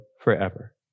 forever